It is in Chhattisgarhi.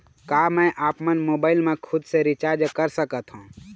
का मैं आपमन मोबाइल मा खुद से रिचार्ज कर सकथों?